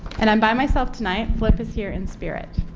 and i'm by myself tonight, flip is here in spirit.